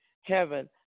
heaven